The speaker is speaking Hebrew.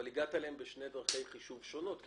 רק הגעתם אליהם בשתי דרכי חישוב שונות.